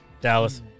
Dallas